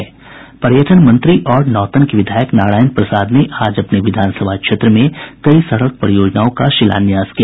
पर्यटन मंत्री और नौतन के विधायक नारायण प्रसाद ने आज अपने विधानसभा क्षेत्र में कई सड़क परियोजनओं का शिलान्यास किया